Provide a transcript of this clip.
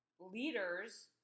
leaders